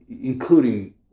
including